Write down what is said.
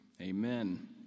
amen